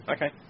Okay